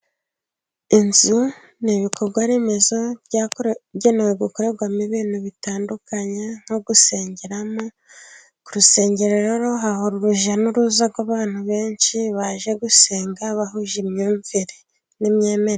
Inzu ni ibikorwaremezo byagenewe gukorerwamo ibintu bitandukanye nko gusengeramo, ku rusengero rero haba urujya n'uruza rw'abantu benshi baje gusenga, bahuje imyumvire n'imyemerere.